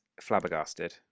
flabbergasted